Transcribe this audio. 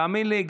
תאמין לי,